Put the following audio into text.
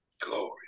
Glory